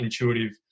intuitive